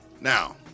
Now